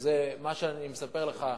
היא מה שאני מספר לך,